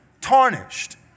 tarnished